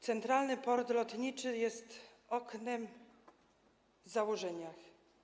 Centralny port lotniczy jest oknem w założeniach.